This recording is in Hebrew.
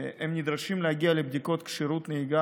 הם נדרשים להגיע לבדיקות כשירות נהיגה